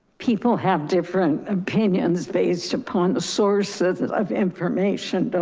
people have different opinions based upon the sources of information,